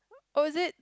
oh is it